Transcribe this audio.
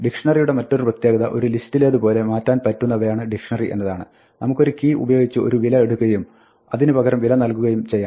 ഡിക്ഷ്ണറിയുടെ മറ്റൊരു പ്രത്യേകത ഒരു ലിസ്റ്റിലേത് പോലെ മാറ്റാൻ പറ്റുന്നവയാണ് ഡിക്ഷ്ണറി എന്നതാണ് നമുക്കൊരു കീ ഉപയോഗിച്ച് ഒരു വില എടുക്കുകയും അതിന് പകരം വില നൽകുകയും ചെയ്യാം